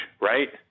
right